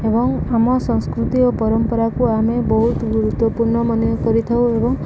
ଏବଂ ଆମ ସଂସ୍କୃତି ଓ ପରମ୍ପରାକୁ ଆମେ ବହୁତ ଗୁରୁତ୍ୱପୂର୍ଣ୍ଣ ମନେ କରିଥାଉ ଏବଂ